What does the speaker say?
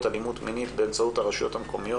אלימות מינית באמצעות הרשויות המקומיות